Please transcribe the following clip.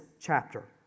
chapter